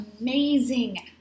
amazing